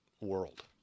world